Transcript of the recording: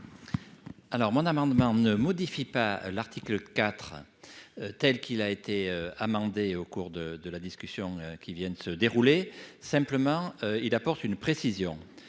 Alors mon amendement ne modifie pas l'article IV. Telle qu'il a été amendé au cours de de la discussion qui viennent de se dérouler. Simplement il apporte une précision